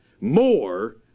more